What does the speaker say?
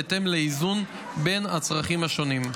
בהתאם לאיזון בין הצרכים השונים.